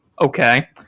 okay